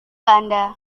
anda